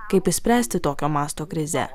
kaip išspręsti tokio masto krizę